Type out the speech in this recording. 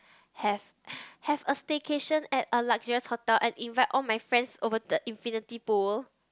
have have a staycation at luxurious hotel and invite all my friends over the infinity pool